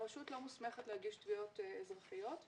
הרשות לא מוסמכת להגיש תביעות אזרחיות,